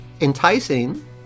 Enticing